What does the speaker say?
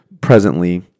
presently